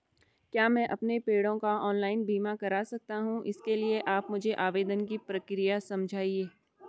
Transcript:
क्या मैं अपने पेड़ों का ऑनलाइन बीमा करा सकता हूँ इसके लिए आप मुझे आवेदन की प्रक्रिया समझाइए?